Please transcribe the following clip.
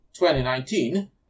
2019